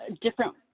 different